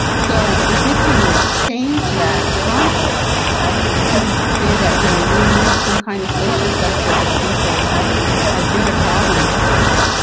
so if we can change that concept to say that you know we need some kind of social sector of people who are good at problem solving,